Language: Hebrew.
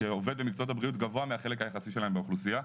הבריאות גבוה מחלקם היחסי באוכלוסייה,